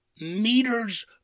meters